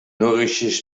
nourishes